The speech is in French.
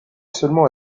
seulement